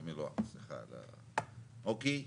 אוקיי?